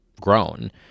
grown